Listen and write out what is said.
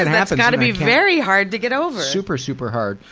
and that's gotta be very hard to get over! super, super hard.